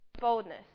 boldness